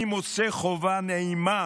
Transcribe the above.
אני מוצא חובה נעימה